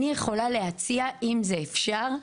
אני יכולה להציע אם זה אפשר,